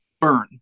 Burn